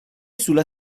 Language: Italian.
sulla